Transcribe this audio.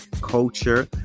culture